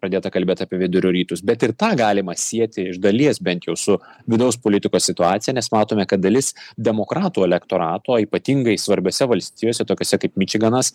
pradėta kalbėt apie vidurio rytus bet ir tą galima sieti iš dalies bent jau su vidaus politikos situacija nes matome kad dalis demokratų elektorato ypatingai svarbiose valstijose tokiose kaip mičiganas